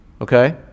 Okay